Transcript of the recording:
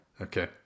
Okay